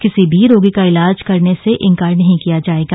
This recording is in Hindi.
किसी भी रोगी का इलाज करने से इंकार नहीं किया जाएगा